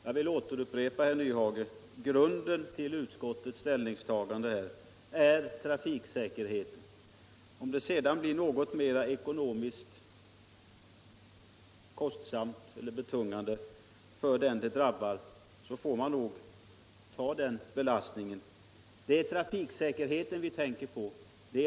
Jag vill upprepa, herr Nyhage, att grunden för utskottets ställningstagande är trafiksäkerheten. Om det sedan blir något mer ekonomiskt betungande för dem det drabbar, får man ta den belastningen. Det är trafiksäkerheten vi i första hand tänker på.